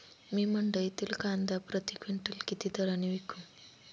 मी मंडईतील कांदा प्रति क्विंटल किती दराने विकू?